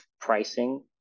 pricing